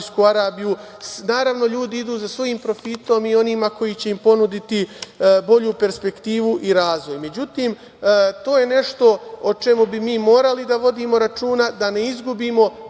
Naravno, ljudi idu za svojim profitom i onima koji će im ponuditi bolju perspektivu i razvoj.Međutim, to je nešto o čemu bi mi morali da vodimo računa da ne izgubimo